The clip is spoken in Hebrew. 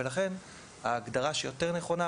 לכן ההגדרה שהיא יותר נכונה,